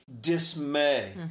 dismay